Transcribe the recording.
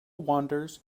wanders